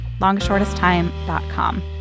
longshortesttime.com